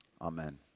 Amen